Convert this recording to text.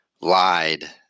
lied